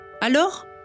Alors